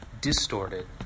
distorted